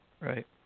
Right